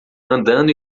andando